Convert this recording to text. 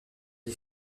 est